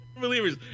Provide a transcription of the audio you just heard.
Believers